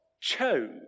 chose